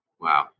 Wow